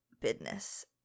business